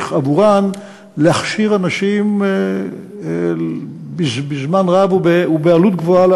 שעבורן לא צריך להכשיר אנשים במשך זמן רב ובעלות גבוהה.